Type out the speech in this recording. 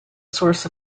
source